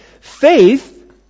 Faith